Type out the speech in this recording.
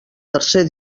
tercer